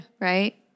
Right